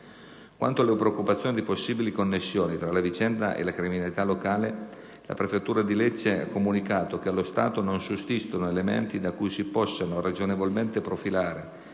Quanto alle preoccupazioni di possibili connessioni tra la vicenda e la criminalità locale, la prefettura di Lecce ha comunicato che, allo stato, non sussistono elementi da cui si possano ragionevolmente profilare,